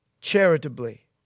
charitably